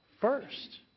first